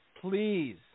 please